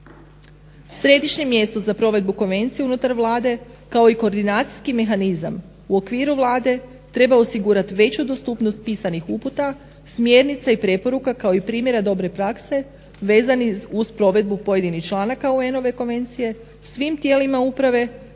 Središnje mjesto za provedbu Konvencije unutar Vlade kao i koordinacijski mehanizam u okviru Vlade treba osigurati veću dostupnost pisanih uputa, smjernica i preporuka kao i primjera dobre prakse vezanih uz provedbu pojedinih članaka UN konvencije svim tijelima uprave,